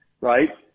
right